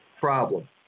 problem